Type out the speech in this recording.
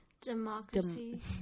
Democracy